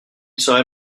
serait